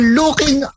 looking